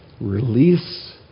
release